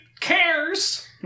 cares